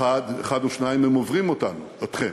אחד או שניים, הם עוברים אתכם,